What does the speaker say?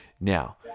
Now